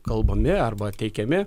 kalbami arba teikiami